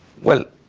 well,